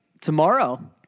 tomorrow